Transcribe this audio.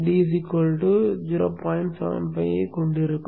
75 ஐக் கொண்டிருக்கும்